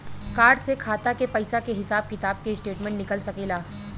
Card से खाता के पइसा के हिसाब किताब के स्टेटमेंट निकल सकेलऽ?